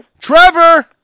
Trevor